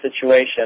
situation